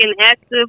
active